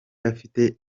afite